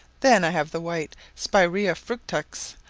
then i have the white spiroea frutex,